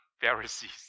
Pharisees